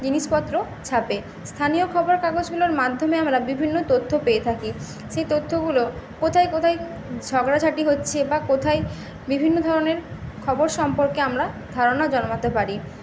জিনিসপত্র ছাপে স্থানীয় খবরের কাগজগুলোর মাধ্যমে আমরা বিভিন্ন তথ্য পেয়ে থাকি সেই তথ্যগুলো কোথায় কোথায় ঝগড়াঝাটি হচ্ছে বা কোথায় বিভিন্ন ধরনের খবর সম্পর্কে আমরা ধারণা জন্মাতে পারি